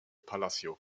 palacio